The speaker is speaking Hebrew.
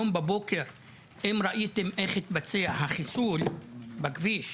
לא יודע אם ראיתם איך התבצע החיסול הבוקר,